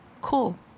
cool